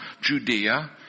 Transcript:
Judea